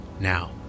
now